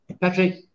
Patrick